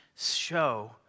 show